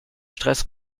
stress